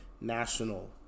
National